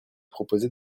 proposé